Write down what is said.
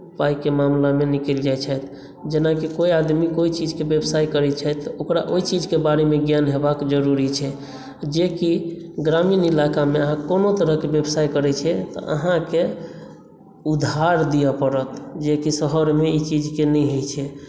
पाइके मामलामे निकलि जाइत छथि जेनाकि कोइ आदमी कोइ चीजके व्यवसाय करैत छथि तऽ ओकरा ओहि चीजके बारेमे ज्ञान होयबाक जरूरी छै जेकि ग्रामीण इलाकामे अहाँ कोनो तरहके व्यवसाय करैत छियै तऽ अहाँके उधार दिअ पड़त जेकि शहरमे ई चीजके नहि होइत छै